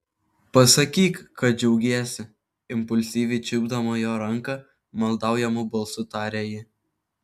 pasakyk kad džiaugiesi impulsyviai čiupdama jo ranką maldaujamu balsu tarė ji